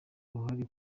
uruhare